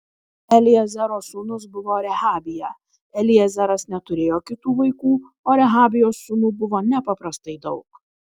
eliezero sūnus buvo rehabija eliezeras neturėjo kitų vaikų o rehabijos sūnų buvo nepaprastai daug